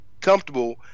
comfortable